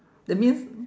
that means